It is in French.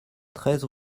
treize